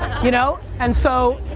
you know, and so